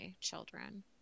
children